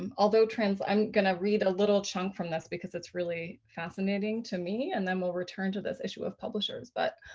um although trans. i'm gonna read a little chunk from this because it's really fascinating to me, and then we'll return to this issue of publishers. but